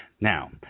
Now